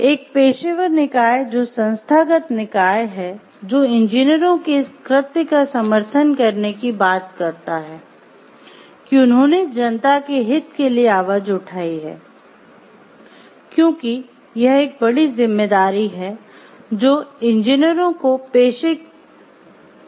एक पेशेवर निकाय जो संस्थागत निकाय है जो इंजीनियरों के इस कृत्य का समर्थन करने की बात करता है कि उन्होंने जनता के हित के लिए आवाज़ उठाई है क्योंकि यह एक बड़ी जिम्मेदारी है जो इंजीनियरों को पेशे की होती है